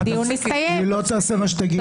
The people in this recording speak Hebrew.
היא לא תעשה מה שתגיד לה.